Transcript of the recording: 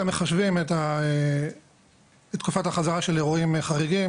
מחשבים את תקופת החזרה של אירועים חריגים